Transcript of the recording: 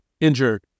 injured